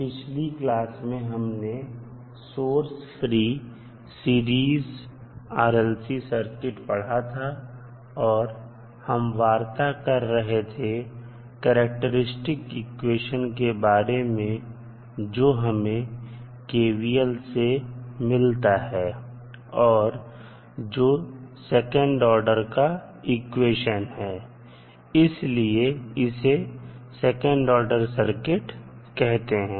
पिछली क्लास में हमने source free series RLC circuit पढ़ा था और हम वार्ता कर रहे थे करैक्टेरिस्टिक इक्वेशन के बारे में जो हमें KVL से मिलता है और जो सेकंड ऑर्डर का इक्वेशन है इसीलिए इसे सेकंड ऑर्डर सर्किट कहते हैं